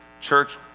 Church